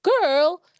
girl